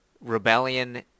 rebellion